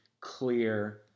clear